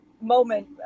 moment